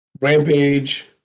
Rampage